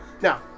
Now